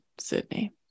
sydney